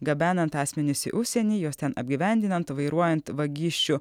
gabenant asmenis į užsienį juos ten apgyvendinant vairuojant vagysčių